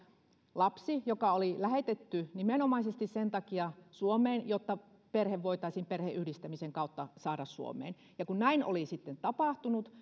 lapsi oli lähetetty nimenomaisesti sen takia suomeen että perhe voitaisiin perheenyhdistämisen kautta saada suomeen ja kun näin oli sitten tapahtunut